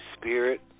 Spirit